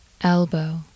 Elbow